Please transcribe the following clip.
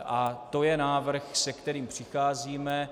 A to je návrh, s kterým přicházíme.